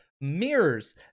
mirrors